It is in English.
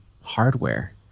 hardware